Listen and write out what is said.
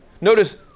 Notice